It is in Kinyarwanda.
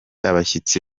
abashyitsi